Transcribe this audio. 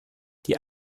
die